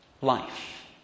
Life